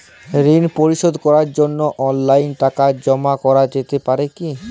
ঋন পরিশোধ করার জন্য অনলাইন টাকা জমা করা যেতে পারে কি?